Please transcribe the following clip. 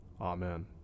Amen